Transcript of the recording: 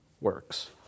works